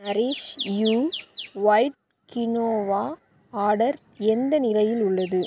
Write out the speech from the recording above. nourish you white quinoa order எந்த நிலையில் உள்ளது